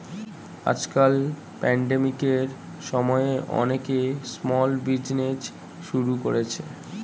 আজকাল প্যান্ডেমিকের সময়ে অনেকে স্মল বিজনেজ শুরু করেছে